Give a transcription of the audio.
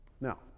Now